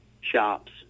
shops